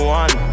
one